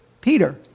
Peter